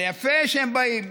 זה יפה שהם באים,